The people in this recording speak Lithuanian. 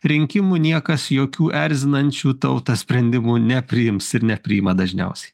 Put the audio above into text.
rinkimų niekas jokių erzinančių tautą sprendimų nepriims ir nepriima dažniausiai